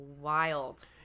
wild